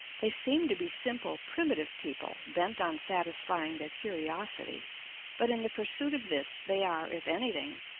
they seem to be simple, primitive people, bent on satisfying their curiosity but in the pursuit of this they are, if anything,